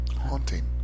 Haunting